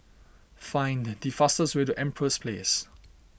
find the fastest way to Empress Place